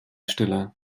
stille